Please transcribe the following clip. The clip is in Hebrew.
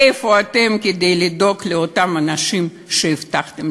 איפה אתם כדי לדאוג לאותם אנשים שהבטחתם,